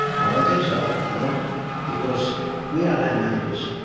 i don't think so. you know because we are land managers,